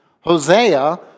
Hosea